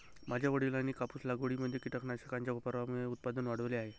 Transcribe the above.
माझ्या वडिलांनी कापूस लागवडीमध्ये कीटकनाशकांच्या वापरामुळे उत्पादन वाढवले आहे